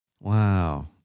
Wow